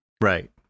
Right